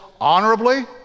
honorably